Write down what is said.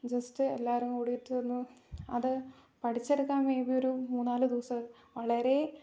just എല്ലാവരും കൂടിയിട്ട് ഒന്നു അത് പഠിച്ചെടുക്കാൻ മേബി ഒരു മൂന്ന് നാല് ദിവസം വളരെ